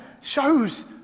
shows